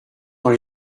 dans